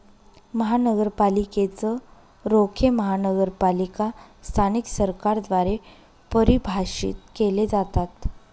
महानगरपालिकेच रोखे महानगरपालिका स्थानिक सरकारद्वारे परिभाषित केले जातात